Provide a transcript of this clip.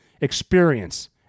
experience